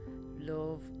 love